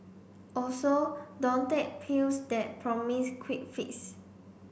also don't take pills that promise quick fix